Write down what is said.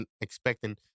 expecting